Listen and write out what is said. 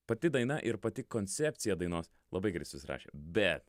pati daina ir pati koncepcija dainos labai gerai susirašė bet